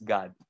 God